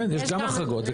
כן, יש גם החרגות.